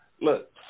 look